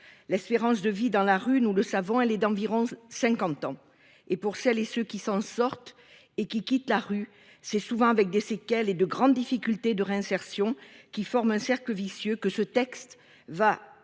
L'espérance de vie dans la rue, nous le savons, elle est d'environ 50 ans et pour celles et ceux qui s'en sortent et qu'qui quitte la rue c'est souvent avec des séquelles et de grandes difficultés de réinsertion qui forment un cercle vicieux que ce texte va